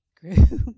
group